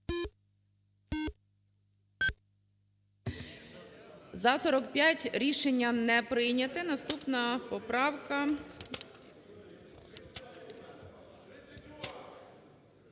За-45 Рішення не прийнято. Наступна поправка…